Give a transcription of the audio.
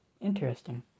interesting